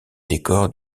décor